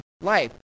life